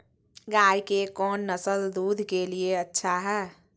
गाय के कौन नसल दूध के लिए अच्छा है?